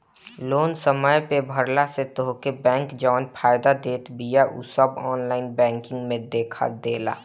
loan समय पअ भरला से तोहके बैंक जवन फायदा देत बिया उ सब ऑनलाइन बैंकिंग में देखा देला